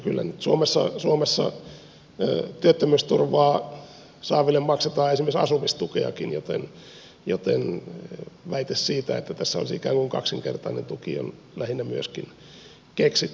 kyllä suomessa työttömyysturvaa saaville maksetaan esimerkiksi asumistukeakin joten väite siitä että tässä olisi ikään kuin kaksinkertainen tuki on lähinnä myöskin keksittyä